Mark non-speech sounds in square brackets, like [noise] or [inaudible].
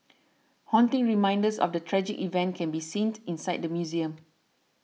haunting reminders of the tragic event can be seen [noise] inside the museum